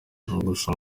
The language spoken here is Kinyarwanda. gusa